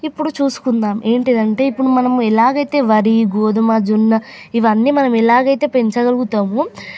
ఇప్పుడు చూసుకుందాం ఏంటంటే ఇప్పుడు మనం ఎలాగైతే వరి గోధుమ జొన్న ఇవన్నీ మనం ఎలాగైతే పెంచగలుగుతామో